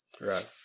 Right